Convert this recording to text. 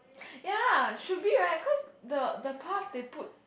ya should be right cause the the path they put